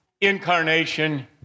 incarnation